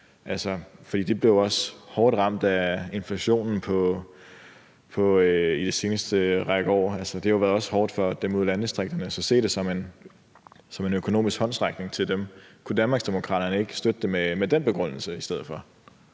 også blevet hårdt ramt af inflationen den seneste række år? Det har også været hårdt for dem ude i landdistrikterne, så kan man se det som en økonomisk håndsrækning til dem? Kunne Danmarksdemokraterne ikke støtte det med den begrundelse i stedet for?